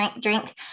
drink